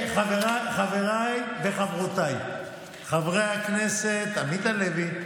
חבריי וחברותיי חברי הכנסת עמית הלוי,